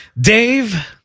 Dave